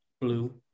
Blue